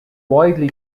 widely